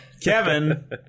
Kevin